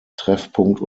treffpunkt